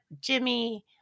Jimmy